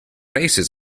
races